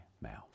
mouth